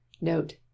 Note